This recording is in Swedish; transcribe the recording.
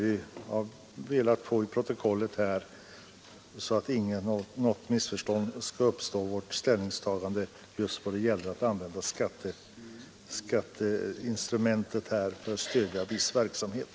Jag har velat anföra detta till protokollet, så att inget missförstånd i fråga om vårt ställningstagande skall behöva uppstå just i fråga om användningen av skatteinstrumentet för stödjande av viss verksamhet.